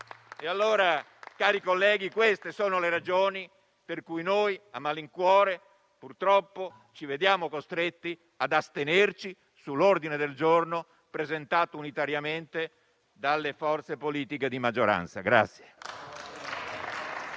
Cari colleghi, queste sono le ragioni per cui noi, a malincuore, ci vediamo purtroppo costretti ad astenerci sull'ordine del giorno presentato unitariamente dalle forze politiche di maggioranza.